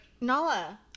Nala